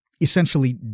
essentially